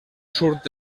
surt